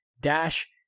dash